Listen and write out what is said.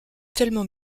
tellement